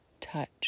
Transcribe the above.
Touch